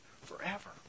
forever